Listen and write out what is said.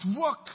work